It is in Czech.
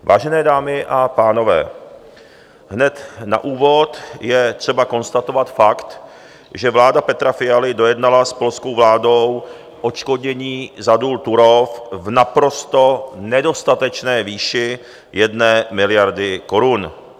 Vážené dámy a pánové, hned na úvod je třeba konstatovat fakt, že vláda Petra Fialy dojednala s polskou vládou odškodnění za důl Turów v naprosto nedostatečné výši 1 miliardy korun.